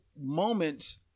moments